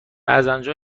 ازآنجا